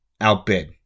outbid